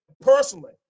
personally